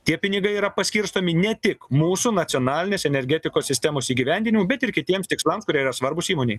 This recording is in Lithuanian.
tie pinigai yra paskirstomi ne tik mūsų nacionalinės energetikos sistemos įgyvendinimu bet ir kitiems tikslams kurie yra svarbūs įmonei